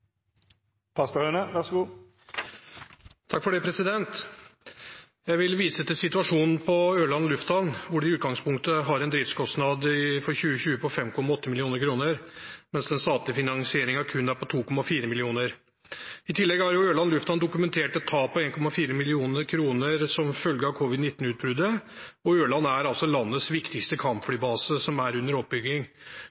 Jeg vil vise til situasjonen på Ørland lufthavn, hvor de i utgangspunktet har en driftskostnad for 2020 på 5,8 mill. kr, mens den statlige finansieringen er på kun 2,4 mill. kr. I tillegg har Ørland lufthavn dokumentert et tap på 1,4 mill. kr som følge av covid-19-utbruddet. Ørland er landets viktigste kampflybase og er under utbygging. Trafikken til Ørland er